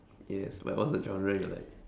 yes like what's a genre you're like